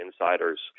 insiders